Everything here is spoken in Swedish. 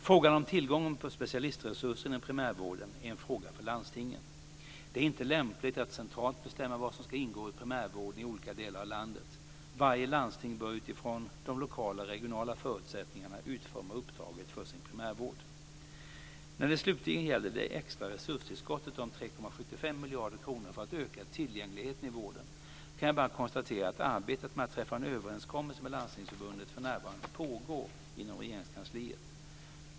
Frågan om tillgången på specialistresurser inom primärvården är en fråga för landstingen. Det är inte lämpligt att centralt bestämma vad som ska ingå i primärvården i olika delar av landet. Varje landsting bör utifrån de lokala och regionala förutsättningarna utforma uppdraget för sin primärvård. När det slutligen gäller det extra resurstillskottet om 3,75 miljarder kronor för att öka tillgängligheten i vården kan jag bara konstatera att arbetet med att träffa en överenskommelse med Landstingsförbundet för närvarande pågår inom Regeringskansliet.